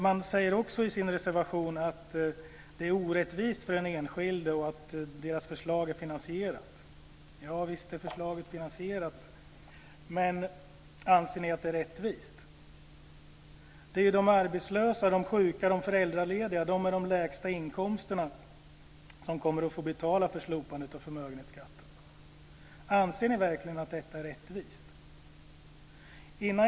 Man säger också i sin reservation att det är orättvist för den enskilde och att det egna förslaget är finansierat. Ja, visst är förslaget finansierat. Men anser ni att det är rättvist? Det är de arbetslösa, de sjuka, de föräldralediga, de med de lägsta inkomsterna som kommer att få betala för slopandet av förmögenhetsskatten. Anser ni verkligen att detta är rättvist?